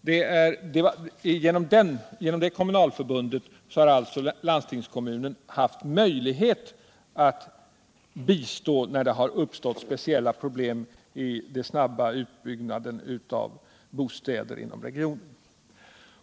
Det är genom detta kommunalförbund som landstingskommunen haft möjlighet att bistå när det uppstått speciella problem vid den snabba utbyggnaden av bostäder inom regionen.